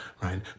right